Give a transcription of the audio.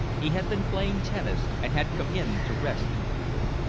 he had been playing tennis, and had come in to rest and cool.